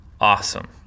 awesome